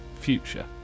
future